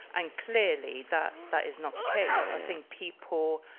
and clearly that that is not the case. i think people